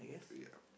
ya